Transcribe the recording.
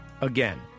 Again